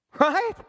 Right